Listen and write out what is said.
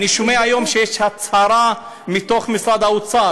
אני שומע היום שיש הצהרה ממשרד האוצר